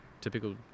typical